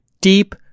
deep